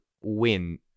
win